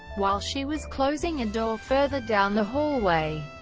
while she was closing a door further down the hallway,